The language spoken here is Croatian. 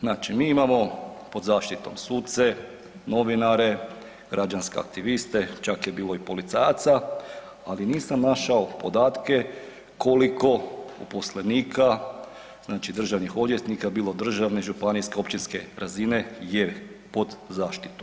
Znači mi imamo pod zaštitom suce, novinare, građanske aktiviste čak je bilo i policajaca, ali nisam našao podatke koliko uposlenika znači državnih odvjetnika, bilo državne, županijske, općinske razine je pod zaštitom.